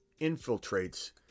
infiltrates